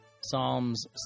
Psalms